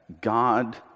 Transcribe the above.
God